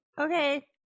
Okay